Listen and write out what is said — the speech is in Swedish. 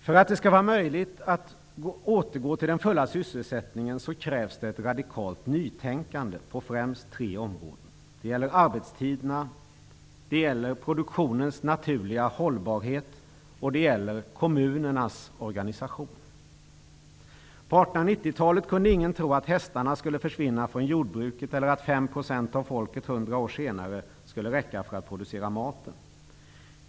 För att det skall vara möjligt att återgå till den fulla sysselsättningen krävs det ett radikalt nytänkande på främst tre områden: arbetstiderna, produktionens naturliga hållbarhet och kommunernas organisation. På 1890-talet kunde ingen tro att hästarna skulle försvinna från jordbruket eller att 5 % av folket 100 år senare skulle räcka för att producera maten.